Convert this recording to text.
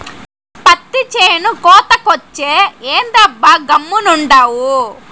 పత్తి చేను కోతకొచ్చే, ఏందబ్బా గమ్మునుండావు